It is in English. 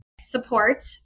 Support